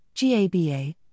GABA